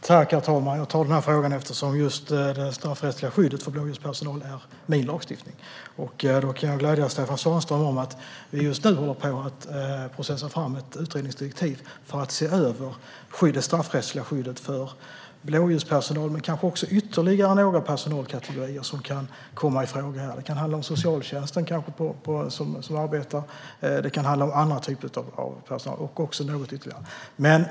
Herr talman! Jag svarar på frågan eftersom just det straffrättsliga skyddet för blåljuspersonal är lagstiftning som jag ansvarar för. Jag kan glädja Stefan Svanström med att vi just nu håller på att processa fram ett utredningsdirektiv för att se över det straffrättsliga skyddet för blåljuspersonal. Det finns kanske även ytterligare några personalkategorier som kan komma i fråga. Det kan handla om dem som arbetar i socialtjänsten och ytterligare typer av personal.